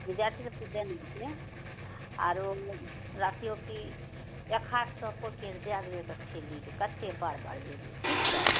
विद्यार्थी सबके देना छै आरो राखियौ कि एक आध सए पॉकेट दए देबै एकठ्ठे लीडके कतऽ जेबै बार बार जेबै ठीक छै